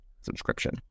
subscription